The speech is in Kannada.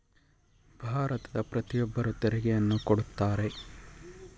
ಭಾರತದ ಪ್ರತಿಯೊಬ್ಬರು ತೆರಿಗೆಯನ್ನು ಕೊಡುತ್ತಾರೆ